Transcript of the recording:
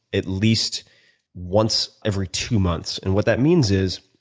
at least once every two months. and what that means is,